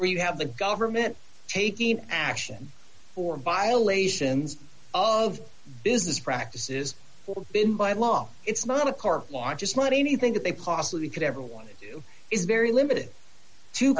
where you have the government taking action for violations of business practices been by law it's not a core want just money anything that they possibly could ever want to do is very limited to